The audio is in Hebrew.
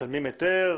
מצלמים היתר,